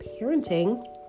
parenting